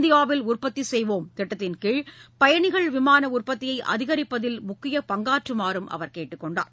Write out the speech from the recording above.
இந்தியாவில் உற்பத்தி செய்வோம் திட்டத்தின் கீழ் பயணிகள் விமான உற்பத்தியை அதிகரிப்பதில் முக்கியப் பங்காற்றுமாறும் அவர் கேட்டுக் கொண்டார்